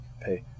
pay